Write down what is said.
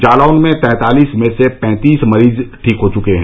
जालौन में तैंतालीस में से पैंतीस मरीज ठीक हो चुके हैं